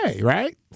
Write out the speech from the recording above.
right